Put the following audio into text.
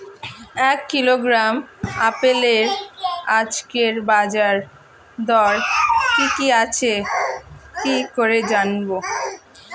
এক কিলোগ্রাম আপেলের আজকের বাজার দর কি কি আছে কি করে জানবো?